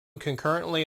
concurrently